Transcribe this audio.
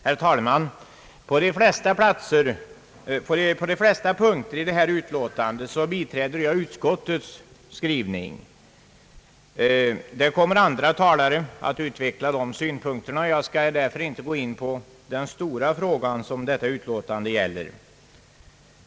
Herr talman! På de flesta punkter i detta utlåtande biträder jag utskottets skrivning. Andra talare kommer dock att utveckla dessa synpunkter, och jag skall därför inte alls gå in på den stora fråga som utlåtandet behandlar.